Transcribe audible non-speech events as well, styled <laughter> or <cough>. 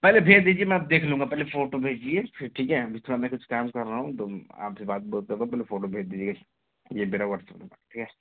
पहले भेज दीजिए में देख लूँगा पहले फोटो भेजिए फिर ठीक है अभी थोड़ा में कुछ काम कर रहा हूँ तो आपसे बात <unintelligible> पहले फोटो भेज दीजिए ये मेरा वाट्सप्प ठीक है